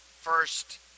first